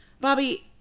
Bobby